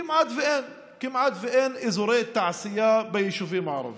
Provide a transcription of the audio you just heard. כמעט אין אזורי תעשייה ביישובים הערביים.